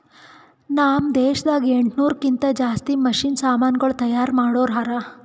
ನಾಮ್ ದೇಶದಾಗ ಎಂಟನೂರಕ್ಕಿಂತಾ ಜಾಸ್ತಿ ಮಷೀನ್ ಸಮಾನುಗಳು ತೈಯಾರ್ ಮಾಡೋರ್ ಹರಾ